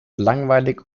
langweilig